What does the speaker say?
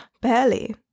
barely